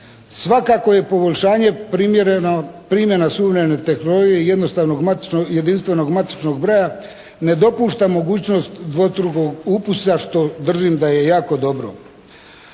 Svakako je poboljšanje primjereno primjena suvremene tehnologije i jedinstvenog matičnog broja ne dopušta mogućnost dvostruka upisa što držim da je jako dobro.